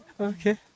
Okay